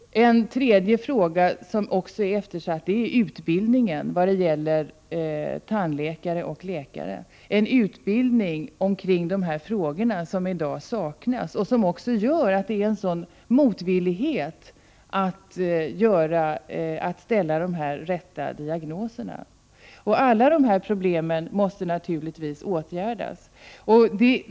Ett ytterligare område som är eftersatt är utbildningen av tandläkare och läkare. Det saknas i dag utbildning i dessa frågor, och det medför en stor motvillighet mot att ställa de rätta diagnoserna. Alla dessa problem måste naturligtvis åtgärdas.